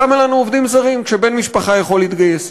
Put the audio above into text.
למה לנו עובדים זרים כשבן-משפחה יכול להתגייס?